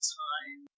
time